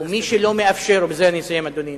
ומי שלא מאפשר לאנשים,